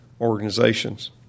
organizations